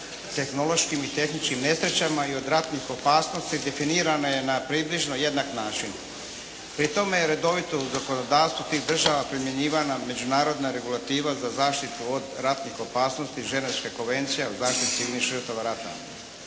tehnološkim i tehničkim nesrećama i od ratnih opasnosti definirana je na približno jednak način. Pri tome je redovito u zakonodavstvu tih država primjenjivana međunarodna regulativa za zaštitu od ratnih opasnosti Ženevske konvencije o zaštiti civilnih žrtava rata.